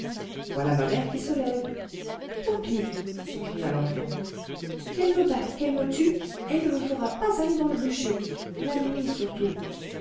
voilà ma mère qui se lève tant pis s'écria l'enfant qu'elle me batte qu'elle me tue elle ne me fera pas aller dans le bûcher la nuit surtout